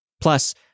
Plus